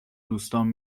دوستام